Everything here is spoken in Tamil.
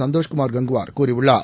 சந்தோஷ்குமார் கங்குவார் கூறியுள்ளார்